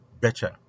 better